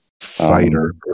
Fighter